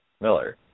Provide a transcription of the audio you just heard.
Miller